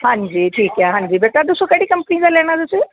ਹਾਂਜੀ ਠੀਕ ਹੈ ਹਾਂਜੀ ਬੇਟਾ ਦੱਸੋ ਕਿਹੜੀ ਕੰਪਨੀ ਦਾ ਲੈਣਾ ਤੁਸੀਂ